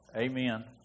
Amen